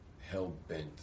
hell-bent